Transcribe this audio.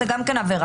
זו גם כן העבירה.